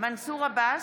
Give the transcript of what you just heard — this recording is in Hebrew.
מנסור עבאס,